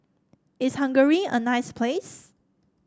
is Hungary a nice place